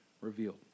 revealed